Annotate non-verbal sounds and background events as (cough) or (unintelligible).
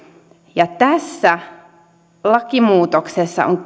ja tässä lakimuutoksessa on (unintelligible)